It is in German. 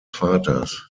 vaters